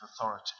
authority